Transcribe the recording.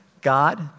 God